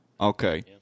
Okay